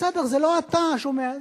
בסדר, זה לא אתה שומע.